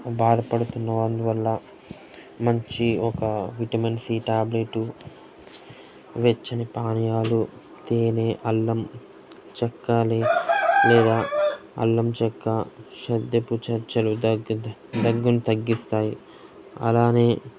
బాధపడుతున్న అందువల్ల మంచి ఒక విటమిన్ సి టాబ్లెటు వెచ్చని పానీయాలు తేనే అల్లం చెక్క లే లేదా అల్లం చెక్కా షద్ధపు చర్చలు దగ్గు దగ్గుని తగ్గిస్తాయి అలానే